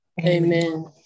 amen